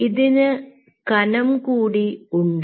ഇതിന് കനം കൂടി ഉണ്ട്